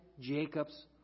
Jacob's